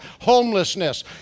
homelessness